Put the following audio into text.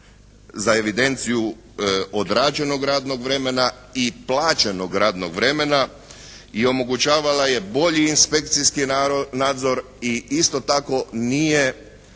za evidenciju odrađenog radnog vremena i plaćenog radnog vremena. I omogućavala je bolji inspekciji nadzor i isto tako nije